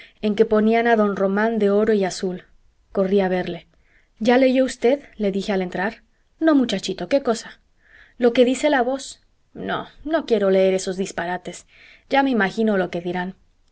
en que ponían a don román de oro y azul corrí a verle ya leyó usted le dije al entrar no muchachito qué cosa lo que dice la voz no no quiero leer esos disparates ya me imagino lo que dirán